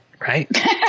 right